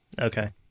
Okay